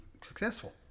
successful